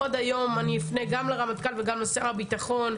עוד היום אני אפנה גם לרמטכ"ל וגם לשר הביטחון.